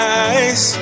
eyes